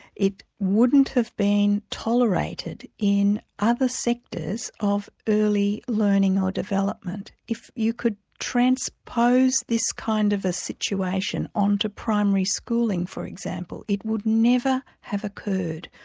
it wouldn't have been tolerated in other sectors of early learning or development. if you could transpose this kind of a situation onto primary schooling for example, it would never have occurred,